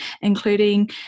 including